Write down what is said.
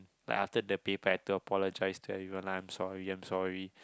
like after the paper I had to apologise to everyone lah I'm sorry I'm sorry